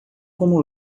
como